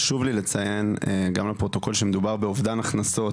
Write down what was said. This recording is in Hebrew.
חשוב לי לציין גם לפרוטוקול שמדובר באובדן הכנסות.